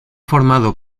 formado